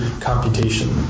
computation